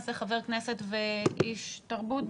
אנחנו נעשה חבר כנסת ויש תרבות.